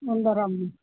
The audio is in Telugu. ఉండరమ్మా